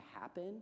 happen